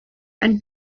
and